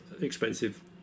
expensive